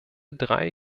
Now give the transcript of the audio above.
drei